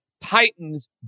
Titans